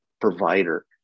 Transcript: provider